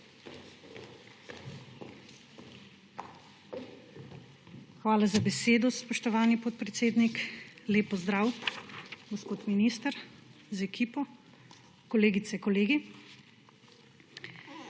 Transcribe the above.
Hvala za besedo, spoštovani podpredsednik. Lep pozdrav, gospod minister z ekipo, kolegice, kolegi!